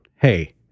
Hey